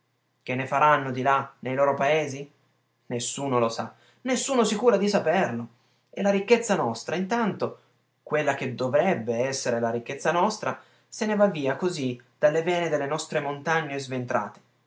che ne faranno di là nei loro paesi nessuno lo sa nessuno si cura di saperlo e la ricchezza nostra intanto quella che dovrebbe essere la ricchezza nostra se ne va via così dalle vene delle nostre montagne sventrate